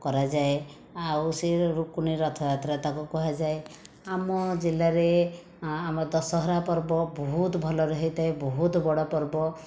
କରାଯାଏ ଆଉ ସେ ରୁକୁଣା ରଥଯାତ୍ରା ତାକୁ କୁହାଯାଏ ଆମ ଜିଲ୍ଲାରେ ଆମ ଦଶହରା ପର୍ବ ବହୁତ ଭଲରେ ହୋଇଥାଏ ବହୁତ ବଡ଼ ପର୍ବ